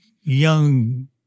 young